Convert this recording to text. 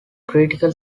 critical